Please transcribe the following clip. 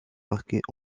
marqués